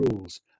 rules